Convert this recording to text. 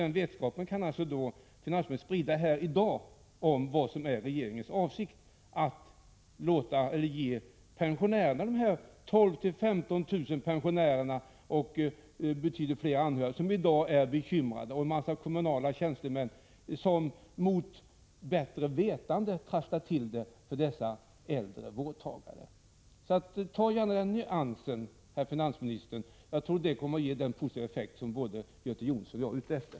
Finansministern kan alltså här i dag sprida vetskap om regeringens avsikt beträffande de 12 000-15 000 pensionärer och andra som är bekymrade samt de kommunala tjänstemän som mot bättre vetande trasslar till det för dessa äldre vårdtagare. Gör gärna en sådan nyansering, herr finansminister! Det kommer att ge den positiva effekt som både Göte Jonsson och jag är ute efter.